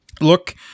look